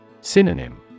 Synonym